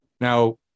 Now